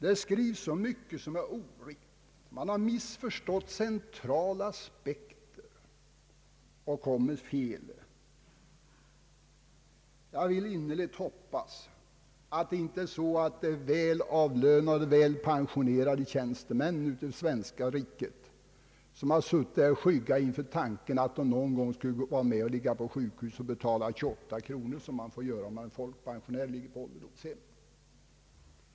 Det skrivs så mycket som är oriktigt, de har missförstått centrala aspekter och kommer fel. Jag vill innerligt hoppas att det inte är fråga om välavlönade och välpensionerade tjänstemän i det svenska riket som har suttit och skyggat inför tanken att de någon gång skall få ligga på sjukhus och betala 28 kronor, som man får göra när man är folkpensionär och ligger på ålderdomshem.